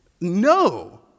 No